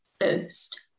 first